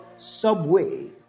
subway